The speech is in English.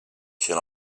can